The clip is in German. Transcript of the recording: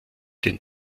den